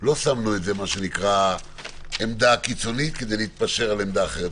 לא שמנו את זה כעמדה קיצונית כדי להתפשר על עמדה אחרת.